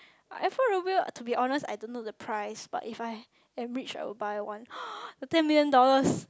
Alfa Romeo to be honest I don't know the price but if I am rich I will buy one the ten million dollars